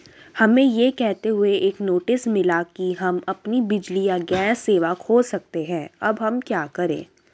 हमें यह कहते हुए एक नोटिस मिला कि हम अपनी बिजली या गैस सेवा खो सकते हैं अब हम क्या करें?